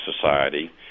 society